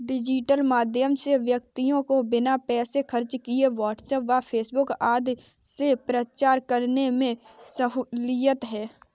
digital माध्यम से व्यक्ति को बिना पैसे खर्च किए व्हाट्सएप व फेसबुक आदि से प्रचार करने में सहूलियत है